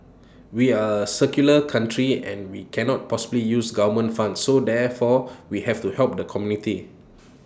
we are A secular country and we cannot possibly use government funds so therefore we have to help the community